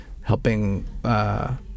helping